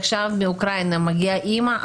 עכשיו מאוקראינה מגיעה אמא,